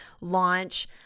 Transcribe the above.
launch